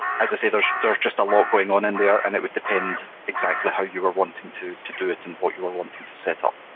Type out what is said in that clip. as i say, there's there's just a lot going on in there and it would depend exactly how you are wanting to to do it and what you are wanting to set up.